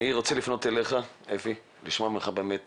אני רוצה לפנות אליך, אפי, לשמוע ממך באמת